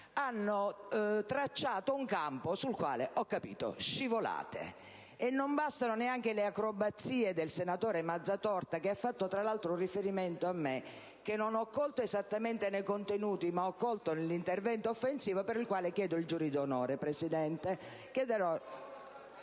hanno tracciato un campo sul quale - ho capito - scivolate. E non bastano neanche le acrobazie del senatore Mazzatorta, il quale tra l'altro ha fatto un riferimento a me, che non ho colto esattamente nei contenuti, ma che nell'intervento mi è sembrato offensivo, per cui chiedo il giurì d'onore, Presidente.